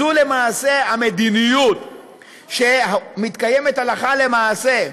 זו המדיניות שמתקיימת הלכה למעשה,